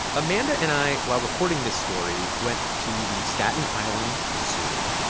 amanda and i, while reporting this story, went to the staten island zoo.